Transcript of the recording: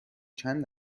چند